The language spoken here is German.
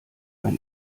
ein